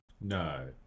No